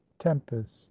tempest